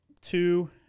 two